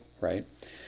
right